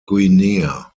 guinea